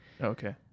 Okay